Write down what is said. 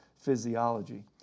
physiology